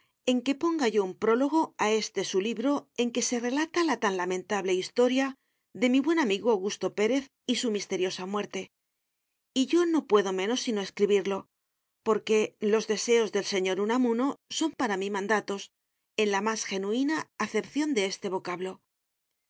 en que ponga yo un prólogo a este su libro en que se relata la tan lamentable historia de mi buen amigo augusto pérez y su misteriosa muerte y yo no puedo menos sino escribirlo porque los deseos del señor unamuno son para mí mandatos en la más genuina acepción de este vocablo